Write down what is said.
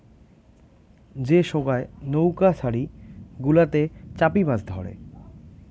যে সোগায় নৌউকা ছারি গুলাতে চাপি মাছ ধরে